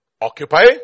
Occupy